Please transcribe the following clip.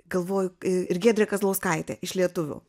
galvoju ir giedrė kazlauskaitė iš lietuvių